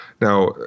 Now